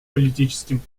политическим